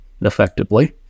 effectively